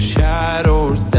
Shadows